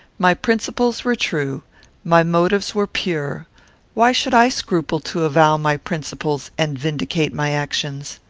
my principles were true my motives were pure why should i scruple to avow my principles and vindicate my actions?